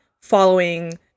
following